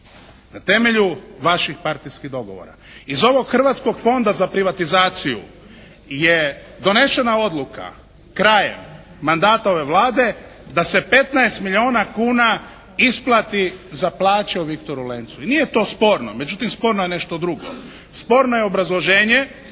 na temelju vaših partijskih dogovora. Iz ovog Hrvatskog fonda za privatizaciju je donošena odluka, krajem mandata ove Vlade da se 15 milijuna kuna isplati za plaće u "Viktoru Lencu" i nije to sporno. Međutim sporno je nešto drugo. Sporno je obrazloženje